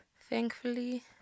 thankfully